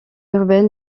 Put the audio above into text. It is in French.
urbaine